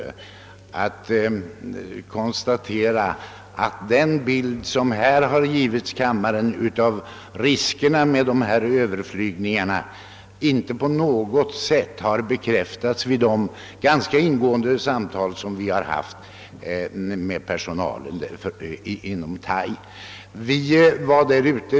Jag kan därför konstatera, att den bild som här givits kammarens ledamöter i fråga om riskerna vid överflygningar inte på något sätt bekräftats vid de ganska ingående samtal som vi hade med Thais personal.